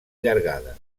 llargada